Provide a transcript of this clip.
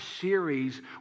series